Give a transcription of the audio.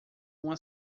uma